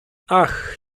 ach